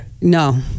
No